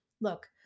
look